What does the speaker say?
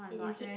he is very